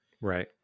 Right